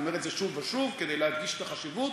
אני אומר את זה שוב ושוב כדי להדגיש את החשיבות,